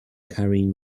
carrying